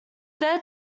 then